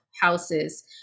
houses